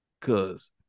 cause